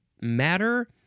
Matter